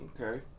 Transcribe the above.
Okay